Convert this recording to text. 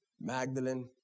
Magdalene